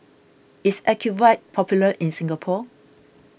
is Ocuvite popular in Singapore